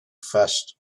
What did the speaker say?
fast